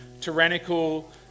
tyrannical